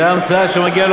זו המצאה שמגיע לו